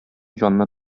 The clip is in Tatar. җанны